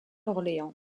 orléans